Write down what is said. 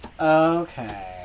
okay